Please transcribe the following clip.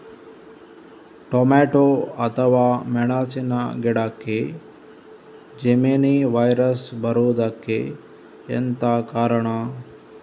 Tomato ಅಥವಾ ಮೆಣಸಿನ ಗಿಡಕ್ಕೆ ಜೆಮಿನಿ ವೈರಸ್ ಬರುವುದಕ್ಕೆ ಎಂತ ಕಾರಣ?